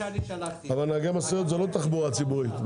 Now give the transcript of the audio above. אבל נהגי משאיות זה לא תחבורה ציבורית.